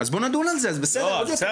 אז בוא נדון על זה, בסדר, יותר טוב.